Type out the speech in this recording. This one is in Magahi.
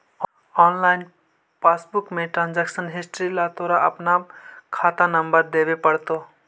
ऑनलाइन पासबुक में ट्रांजेक्शन हिस्ट्री ला तोरा अपना खाता नंबर देवे पडतो